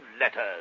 letters